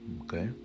Okay